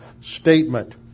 statement